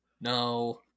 No